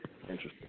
Interesting